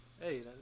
Hey